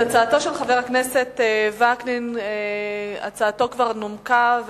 הצעתו של חבר הכנסת וקנין כבר נומקה,